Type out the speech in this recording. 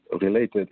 related